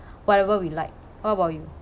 whatever we like what about you